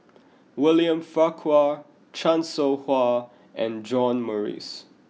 William Farquhar Chan Soh Ha and John Morrice